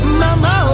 mama